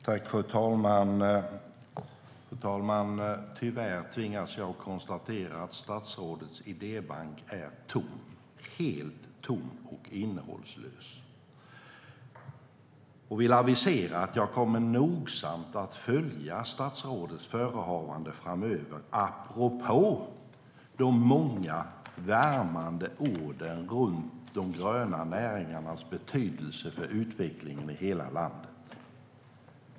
Fru talman! Tyvärr tvingas jag konstatera att statsrådets idébank är tom, helt tom och innehållslös. Jag vill avisera att jag kommer att nogsamt följa statsrådets förehavanden framöver apropå de många värmande orden om de gröna näringarnas betydelse för utvecklingen i hela landet.